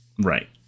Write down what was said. Right